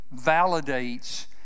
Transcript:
validates